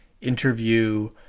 interview